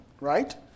Right